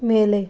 ಮೇಲೆ